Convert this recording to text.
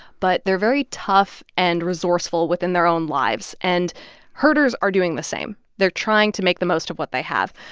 but they're very tough and resourceful within their own lives. and herders are doing the same. they're trying to make the most of what they have.